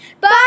Bye